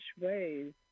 ways